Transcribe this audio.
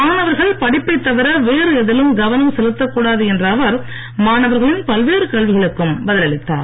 மாணவர்கள் படிப்பைத் தவிர வேறு எதிலும் கவனம் செலுத்தக்கூடாது என்ற அவர் மாணவர்களின் பல்வேறு கேள்விகளுக்கும் பதில் அளித்தார்